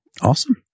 awesome